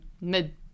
mid